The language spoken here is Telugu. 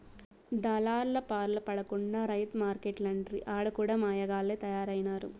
దళార్లపాల పడకుండా రైతు మార్కెట్లంటిరి ఆడ కూడా మాయగాల్లె తయారైనారు